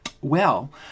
Well